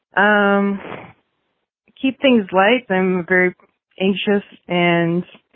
um keep things like i am very anxious and